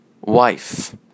wife